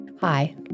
Hi